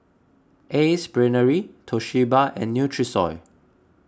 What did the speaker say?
Ace Brainery Toshiba and Nutrisoy